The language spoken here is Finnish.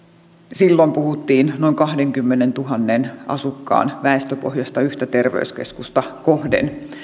silloin puhuttiin noin kahteenkymmeneentuhanteen asukkaan väestöpohjasta yhtä terveyskeskusta kohden